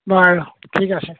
বাৰু ঠিক আছে